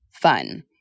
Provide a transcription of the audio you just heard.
fun